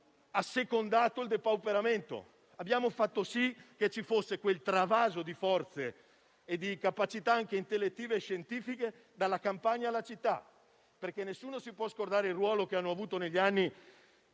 abbiamo assecondato il depauperamento; abbiamo fatto sì che ci fosse quel travaso di forze e di capacità, anche intellettive e scientifiche, dalla campagna alla città. Nessuno può scordare il ruolo che hanno avuto negli anni agronomi